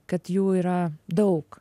kad jų yra daug